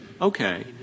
Okay